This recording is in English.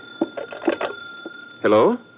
Hello